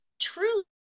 truly